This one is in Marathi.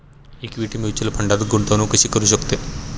इक्विटी म्युच्युअल फंडात गुंतवणूक कशी करू शकतो?